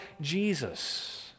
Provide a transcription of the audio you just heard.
Jesus